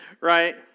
right